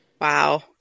Wow